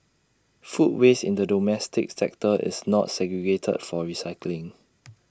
food waste in the domestic sector is not segregated for recycling